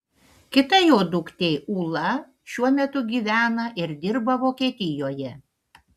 kita jo duktė ūla šiuo metu gyvena ir dirba vokietijoje